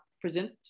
present